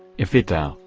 if it thou,